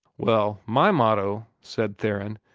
well, my motto, said theron,